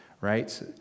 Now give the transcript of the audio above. right